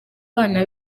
bana